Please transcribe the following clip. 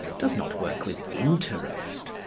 does not work with interest,